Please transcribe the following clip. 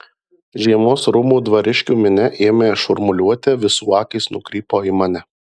žiemos rūmų dvariškių minia ėmė šurmuliuoti visų akys nukrypo į mane